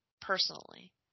personally